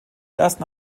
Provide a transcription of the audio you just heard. ersten